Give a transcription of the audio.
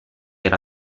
era